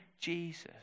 Jesus